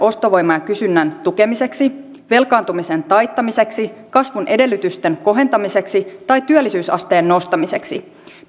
ostovoiman ja kysynnän tukemiseksi velkaantumisen taittamiseksi kasvun edellytysten kohentamiseksi tai työllisyysasteen nostamiseksi